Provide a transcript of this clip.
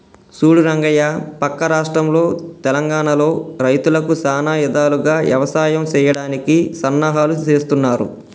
సూడు రంగయ్య పక్క రాష్ట్రంలో తెలంగానలో రైతులకు సానా ఇధాలుగా యవసాయం సెయ్యడానికి సన్నాహాలు సేస్తున్నారు